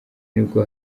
nibwo